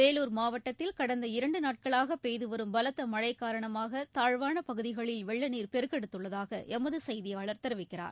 வேலூர் மாவட்டத்தில் கடந்த இரண்டு நாட்களாக பெய்து வரும் பலத்த மழை காரணமாக தாழ்வான பகுதிகளில் வெள்ள நீர் பெருக்கெடுத்துள்ளதாக எமது செய்தியாளர் தெரிவிக்கிறார்